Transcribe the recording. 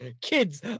kids